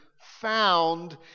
found